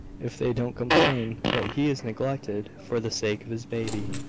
if they don't complain, that he is neglected for the sake of his baby.